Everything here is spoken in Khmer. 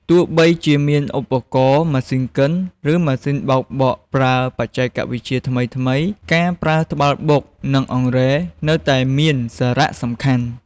ទោះបីជាមានឧបករណ៍ម៉ាស៊ីនកិន ឬម៉ាស៊ីនបោកបក់ប្រើបច្ចេកវិទ្យាថ្មីៗ ការប្រើត្បាល់បុក និងអង្រែ នៅតែមានសារៈសំខាន់។